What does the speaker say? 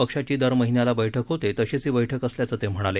पक्षाची दर महिन्याला बैठक होते तशीच ही बैठक असल्याचं ते म्हणाले